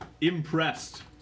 impressed